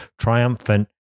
triumphant